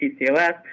PCOS